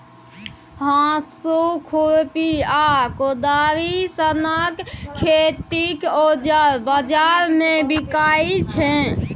हाँसु, खुरपी आ कोदारि सनक खेतीक औजार बजार मे बिकाइ छै